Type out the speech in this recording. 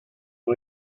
and